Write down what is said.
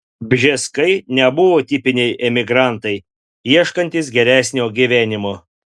bžeskai nebuvo tipiniai emigrantai ieškantys geresnio gyvenimo